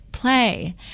play